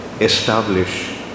establish